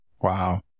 wow